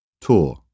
Tour